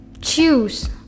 choose